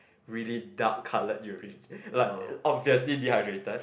really dark colour urine like obviously dehydrated